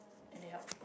and they help